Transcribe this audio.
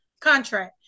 contract